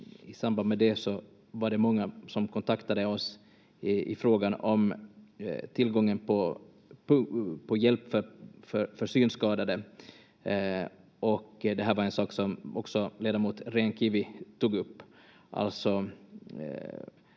i samband med det kontaktade oss i frågan om tillgången på hjälp för synskadade, och det här var en sak som också ledamot Rehn-Kivi tog upp,